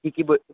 কী কী